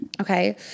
okay